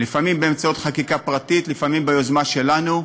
לפעמים באמצעות חקיקה פרטית, לפעמים ביוזמה שלנו,